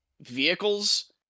vehicles